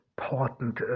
important